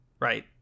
right